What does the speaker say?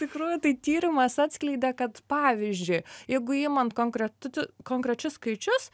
tikrųjų tai tyrimas atskleidė kad pavyzdžiui jeigu imant konkretų konkrečius skaičius